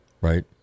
Right